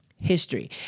history